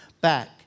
back